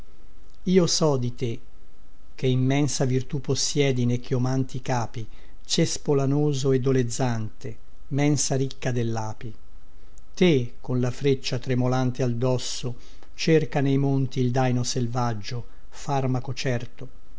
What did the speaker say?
io so di te che immensa virtù possiedi ne chiomanti capi cespo lanoso ed olezzante mensa ricca dellapi te con la freccia tremolante al dosso cerca nei monti il daino selvaggio farmaco certo